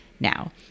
now